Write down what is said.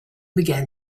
began